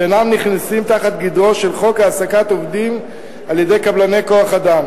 שאינם נכנסים תחת גדרו של חוק העסקת עובדים על-ידי קבלני כוח-אדם,